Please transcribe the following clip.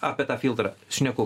apie tą filtrą šneku